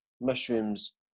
mushrooms